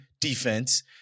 defense